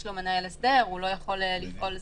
יש לו מנהל הסדר, הוא לא יכול לפעול כרגיל.